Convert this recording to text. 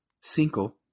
Cinco